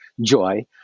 joy